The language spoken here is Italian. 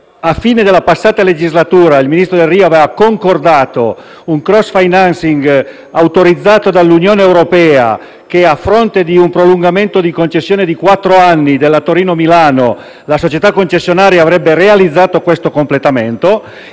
fine della passata legislatura, il ministro Delrio aveva concordato un *cross financing* autorizzato dall'Unione europea, per il quale a fronte di un prolungamento di concessione di quattro anni della Torino-Milano, la società concessionaria avrebbe realizzato questo completamento.